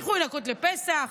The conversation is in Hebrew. הם ילכו לנקות לפסח,